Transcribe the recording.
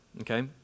okay